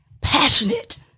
passionate